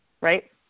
right